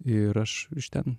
ir aš iš ten